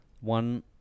one